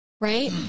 Right